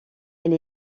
elle